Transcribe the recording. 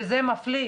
וזה מפליא,